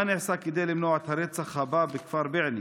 3. מה נעשה כדי למנוע את הרצח הבא בכפר בענה?